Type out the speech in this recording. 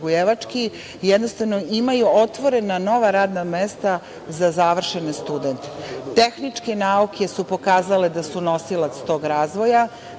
jednostavno, imaju otvorena nova radna mesta za završene studente. Tehničke nauke su pokazale da su nosilac tog razvoja.